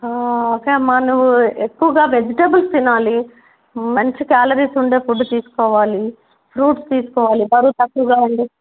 okay అమ్మ నువ్వు ఎక్కువగా వెజిటేబుల్స్ తినాలి మంచి క్యాలరీస్ ఉండే ఫుడ్ తీసుకోవాలి ఫ్రూట్స్ తీసుకోవాలి బరువు తక్కువగా ఉండే